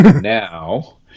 now